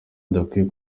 adakwiye